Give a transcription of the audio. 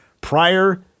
prior